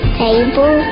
table